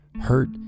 hurt